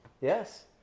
Yes